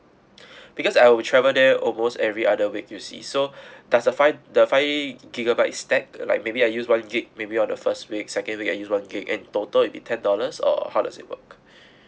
because I will travel there almost every other week you see so does the five the five gigabyte stack like maybe I use one GB may be on the first week second week I use one GB and total it will be ten dollars or how does it work